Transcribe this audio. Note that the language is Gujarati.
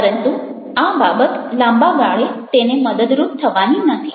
પરંતુ આ બાબત લાંબા ગાળે તેને મદદરૂપ થવાની નથી